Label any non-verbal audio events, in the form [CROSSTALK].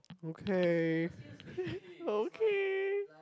okay [LAUGHS] okay